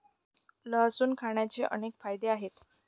लसूण खाण्याचे अनेक फायदे आहेत